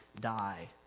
die